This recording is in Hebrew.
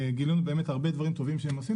גילינו הרבה דברים טובים שהם עושים,